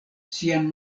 sian